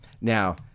Now